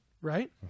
Right